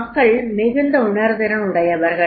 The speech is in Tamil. மக்கள் மிகுந்த உணர்திறன் உடையவர்கள்